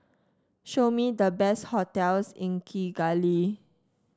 show me the best hotels in Kigali